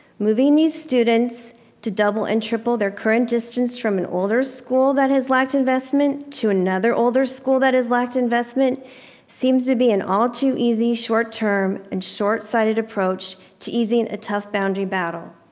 moving these students to double and triple their current distance from an older school that has lacked investment to another older school that has lacked investment seems to be an all too easy, short term and short sighted approach to easing a tough boundary battle.